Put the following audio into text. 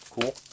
cool